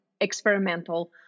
experimental